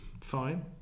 fine